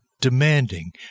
demanding